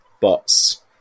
bots